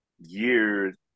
years